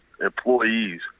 employees